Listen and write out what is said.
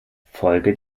folge